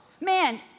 Man